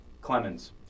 Clemens